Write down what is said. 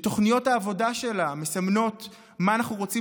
תוכניות העבודה שלה מסמנות מה אנחנו רוצים